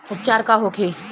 उपचार का होखे?